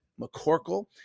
McCorkle